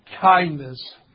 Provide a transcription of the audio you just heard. kindness